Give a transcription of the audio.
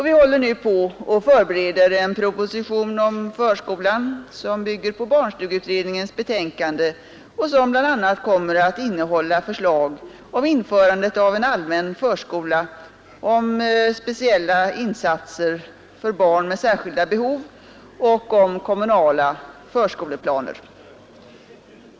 Vi håller nu på att förbereda en proposition om förskolan som bygger på barnstugeutredningens betänkande och som bl.a. kommer att innehålla förslag om införande av en allmän förskola, om speciella insatser för barn med särskilda behov och om kommunala förskoleplaner.